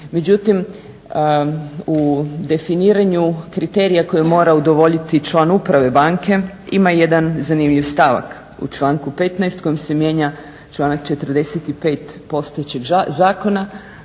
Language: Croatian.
Međutim, u definiranju kriterija koji mora udovoljiti član uprave banke ima jedan zanimljiv stavak. U članku 15. kojim se mijenja članak 45. postojećeg zakona